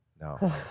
No